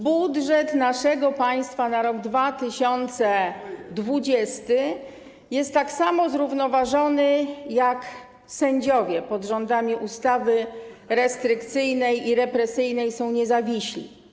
Budżet naszego państwa na rok 2020 jest tak samo zrównoważony, jak sędziowie pod rządami ustawy restrykcyjnej i represyjnej są niezawiśli.